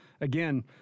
again